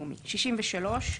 התשס"ז-2007,